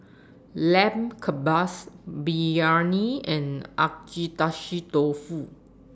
Lamb Kebabs Biryani and Agedashi Dofu